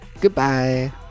Goodbye